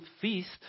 feast